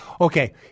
Okay